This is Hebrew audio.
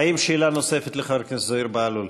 האם שאלה נוספת לחבר הכנסת זוהיר בהלול?